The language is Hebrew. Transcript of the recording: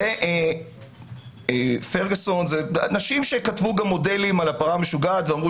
אלה אנשים שכתבו מודלים על הפרה המשוגעת ואמרו